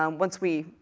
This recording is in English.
um once we,